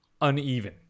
uneven